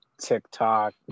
TikTok